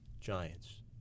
Giants